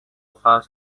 first